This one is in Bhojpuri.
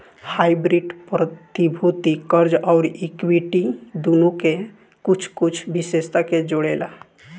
हाइब्रिड प्रतिभूति, कर्ज अउरी इक्विटी दुनो के कुछ कुछ विशेषता के जोड़ेला